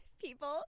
people